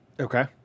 Okay